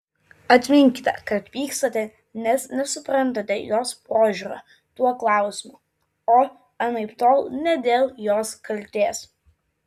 atminkite kad pykstate nes nesuprantate jos požiūrio tuo klausimu o anaiptol ne dėl jos kaltės